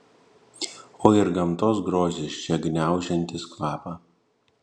o ir gamtos grožis čia gniaužiantis kvapą